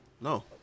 No